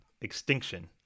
Extinction